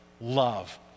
love